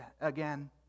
again